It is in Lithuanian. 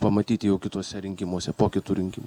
pamatyti jau kituose rinkimuose po kitų rinkimų